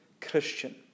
Christian